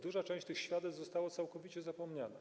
Duża część tych świadectw została całkowicie zapomniana.